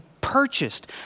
purchased